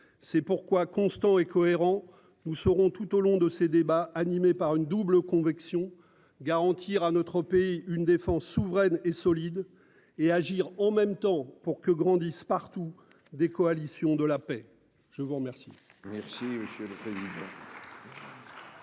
C'est pourquoi constant et cohérent. Nous saurons tout au long de ces débats animés par une double conviction garantir à notre pays, une défense souveraine et solide et agir en même temps pour que grandisse partout des coalitions de la paix. Je vous remercie. Merci monsieur le président.